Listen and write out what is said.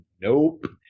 Nope